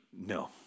No